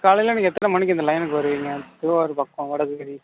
காலையில் நீங்கள் எனக்கு எத்தனை மணிக்கு இந்த லைனுக்கு வருவீங்க திருவாரூர் பக்கம் வடக்கு வீதி